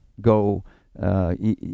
go